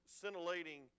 scintillating